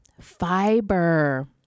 fiber